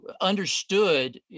understood